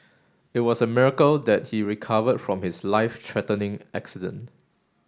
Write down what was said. it was a miracle that he recovered from his life threatening accident